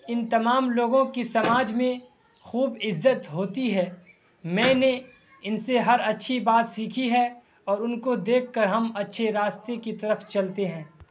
ان تمام لوگوں کی سماج میں خوب عزت ہوتی ہے میں نے ان سے ہر اچھی بات سیکھی ہے اور ان کو دیکھ کر ہم اچھے راستے کی طرف چلتے ہیں